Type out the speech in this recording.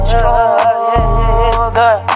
Stronger